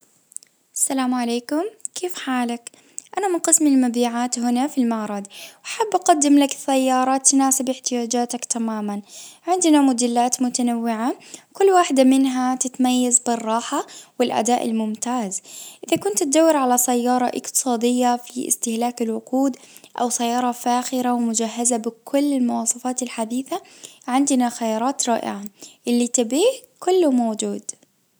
السلام عليكم كيف حالك? انا من قسم المبيعات هنا في المعرض. حاب اقدم لك سيارة تناسب احتياجاتك تماما عندنا موديلات متنوعة كل واحدة منها تتميز بالراحة والاداء الممتاز. اذا كنت تدور على سيارة اقتصادية في استهلاك الوقود او سيارة فاخرة ومجهزة بكل المواصفات الحديثة عندنا خيارات رائعة اللي تبيه كله موجود.